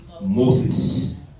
Moses